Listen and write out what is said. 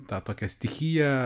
tą tokią stichiją